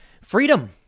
freedom